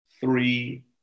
three